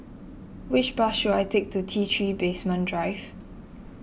which bus should I take to T three Basement Drive